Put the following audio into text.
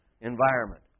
environment